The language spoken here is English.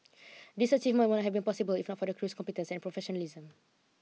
These achievements would not have possible if not for the crew's competence and professionalism